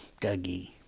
Dougie